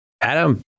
Adam